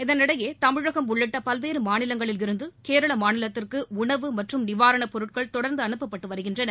இதளிடையே தமிழகம் உள்ளிட்ட பல்வேறு மாநிலங்களிலிருந்து கேரள மாநிலத்துக்கு உணவு மற்றம் நிவாரணப் பொருட்கள் தொடர்ந்து அனுப்பப்பட்டு வருகின்றன